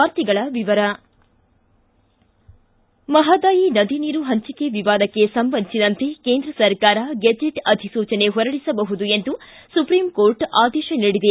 ವಾರ್ತೆಗಳ ವಿವರ ಮಹದಾಯಿ ನದಿ ನೀರು ಹಂಚಿಕೆ ವಿವಾದಕ್ಕೆ ಸಂಬಂಧಿಸಿದಂತೆ ಕೇಂದ್ರ ಸರ್ಕಾರ ಗೆಜೆಟ್ ಅಧಿಸೂಚನೆ ಹೊರಡಿಸಬಹುದು ಎಂದು ಸುಪ್ರೀಂಕೋರ್ಟ್ ಆದೇಶ ನೀಡಿದೆ